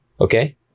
Okay